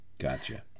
Gotcha